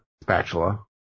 spatula